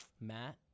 Matt